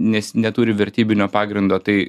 nes neturi vertybinio pagrindo tai